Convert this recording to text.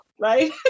right